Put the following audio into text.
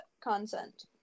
consent